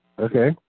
Okay